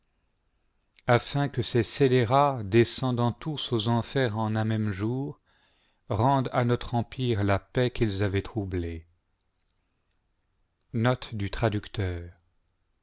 afin que ces scélérats descendant tous aux enfers en un même jour rendent à notre empire la paix qu'ils avaient troublée